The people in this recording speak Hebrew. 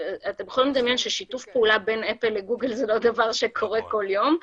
גם שיתוף הפעולה בין אפל לגוגל זה לא דבר שקורה כל יום.